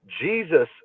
Jesus